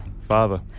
Father